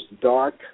Dark